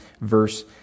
verse